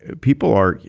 people are,